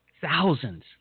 thousands